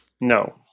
no